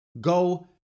Go